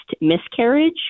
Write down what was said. miscarriage